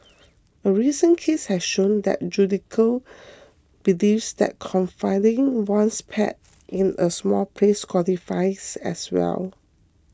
a recent case has shown that the judiciary believes that confining one's pet in a small place qualifies as well